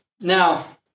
Now